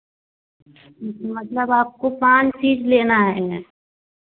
मतलब आपको पाँच चीज़ लेना है मैम